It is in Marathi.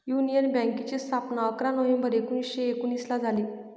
युनियन बँकेची स्थापना अकरा नोव्हेंबर एकोणीसशे एकोनिसला झाली